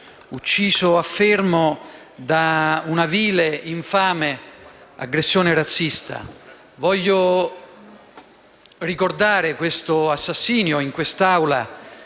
ucciso a Fermo da una vile e infame aggressione razzista. E voglio ricordare questo assassinio in questa